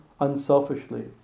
unselfishly